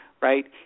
right